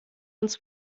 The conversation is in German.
uns